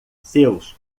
seus